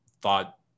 thought